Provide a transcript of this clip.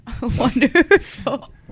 Wonderful